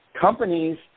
companies